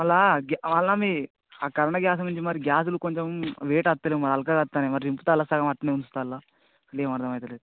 మళ్ళా గ్యా మళ్ళా మీ ఆ కర్ణ గ్యాస్ నుంచి మరి గ్యాస్లు కొంచెం వెయిట్ అత్తలేం హల్కా వస్తున్నాయి మరి దింపుతారా సగం అట్నే ఉంచుతారా అదే ఏం అర్థం అవుటలేదు